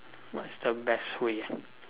what is the best way